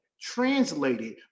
translated